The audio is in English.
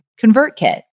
ConvertKit